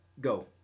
Go